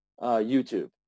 YouTube